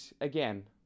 again